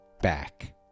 back